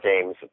games